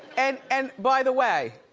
and and, by the way,